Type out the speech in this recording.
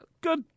Good